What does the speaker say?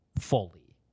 Fully